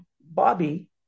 Bobby